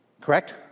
correct